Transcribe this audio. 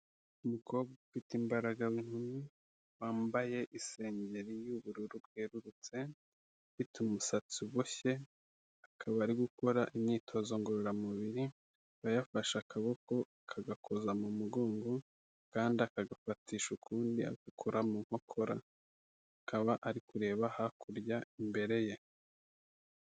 Umukobwa ufite imbaraga w'inkumi, wambaye isengeri y'ubururu bwerurutse, ufite umusatsi uboshye, akaba ari gukora imyitozo ngororamubiri, akaba yafashe akaboko akagakoza mu mugongo, akandi akagafatisha ukundi agakora mu nkokora, akaba ari kureba hakurya imbere ye.